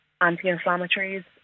anti-inflammatories